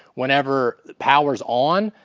whenever the power's on,